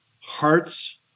hearts